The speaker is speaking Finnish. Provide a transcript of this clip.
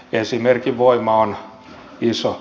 esimerkin voima on iso